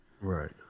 Right